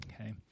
okay